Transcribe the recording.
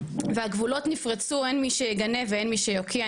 והגבולות נפרצו, אין מי שיגנה ואין מי שיוקיע.